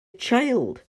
child